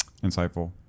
insightful